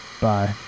bye